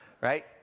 Right